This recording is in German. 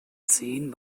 ziehen